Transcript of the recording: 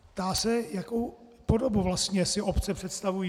Ptá se, jakou podobu si vlastně obce představují.